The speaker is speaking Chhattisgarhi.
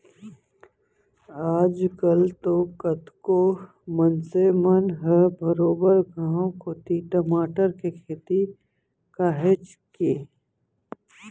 आज कल तो कतको मनसे मन ह बरोबर गांव कोती टमाटर के खेती काहेच के